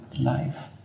life